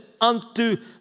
unto